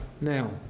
now